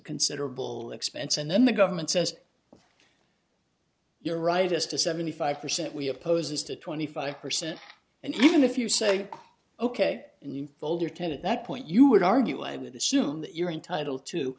considerable expense and then the government says you're right as to seventy five percent we oppose this to twenty five percent and even if you say ok and you fold your tent at that point you would argue i would assume that you're entitled to